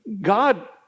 God